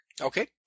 Okay